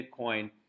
Bitcoin